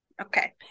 okay